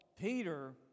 Peter